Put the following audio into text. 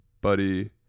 buddy